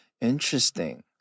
Interesting